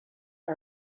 are